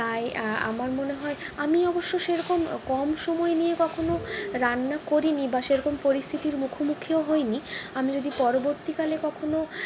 তাই আমার মনে হয় আমি অবশ্য সেরকম কম সময় নিয়ে কখনও রান্না করিনি বা সেরকম পরিস্থিতির মুখোমুখিও হইনি আমি যদি পরবর্তীকালে কখনও